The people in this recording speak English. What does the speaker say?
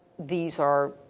these are,